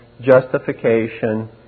justification